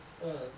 uh